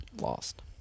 lost